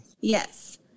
Yes